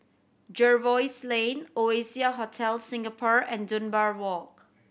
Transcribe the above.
Jervois Lane Oasia Hotel Singapore and Dunbar Walk